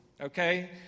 Okay